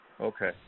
Okay